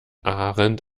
ahrendt